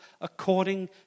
according